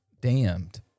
damned